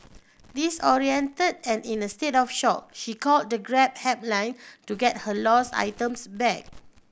disoriented and in a state of shock she called the Grab helpline to get her lost items back